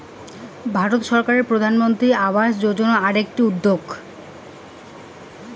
ভারত সরকারের প্রধানমন্ত্রী আবাস যোজনা আকটি উদ্যেগ